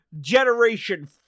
Generation